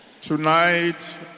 Tonight